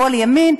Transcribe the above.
שמאל ימין,